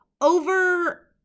over